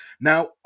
Now